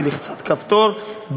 בלחיצת כפתור,